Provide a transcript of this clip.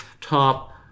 top